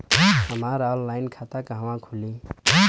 हमार ऑनलाइन खाता कहवा खुली?